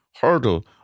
hurdle